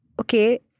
okay